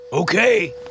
Okay